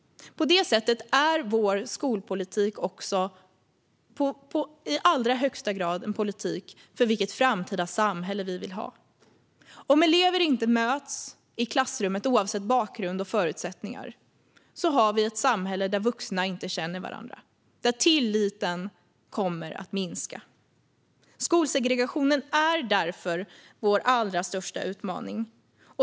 På det sättet är skolpolitiken också i allra högsta grad en politik för vilket framtida samhälle vi vill ha. Om elever inte möts i klassrummet oavsett bakgrund och förutsättningar får vi ett samhälle där vuxna inte känner varandra och där tilliten kommer att minska. Skolsegregationen är därför vår allra största utmaning.